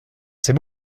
c’est